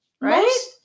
Right